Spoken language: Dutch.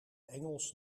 engels